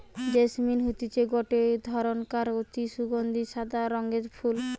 jasmine হতিছে গটে ধরণকার অতি সুগন্ধি সাদা রঙের ফুল